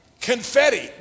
confetti